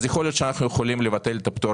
יכול להיות שאנחנו יכולים לבטל את הפטור